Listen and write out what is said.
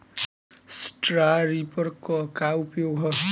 Straw reaper क का उपयोग ह?